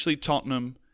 Tottenham